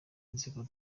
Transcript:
nziko